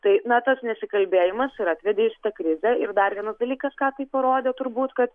tai na tas nesikalbėjimas ir atvedė į šitą krizę ir dar vienas dalykas ką tai parodė turbūt kad